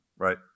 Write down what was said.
Right